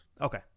Okay